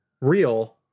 real